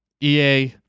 EA